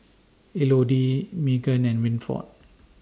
Elodie Meagan and Winford